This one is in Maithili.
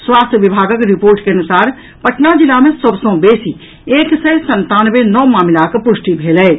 स्वास्थ्य विभागक रिपोर्ट के अनुसार पटना जिला मे सभ सँ बेसी एक सय संतानवे नव मामिलाक पुष्टि भेल अछि